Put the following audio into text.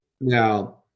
Now